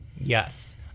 Yes